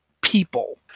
people